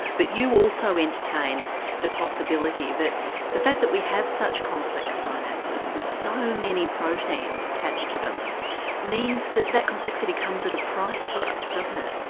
but you also entertain the possibility that the fact that we have such complex ah synapses with so many proteins attached to them means that that complexity comes at a price for us doesn't it?